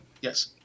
Yes